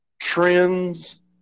trends